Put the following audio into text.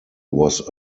was